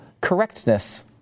correctness